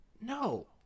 no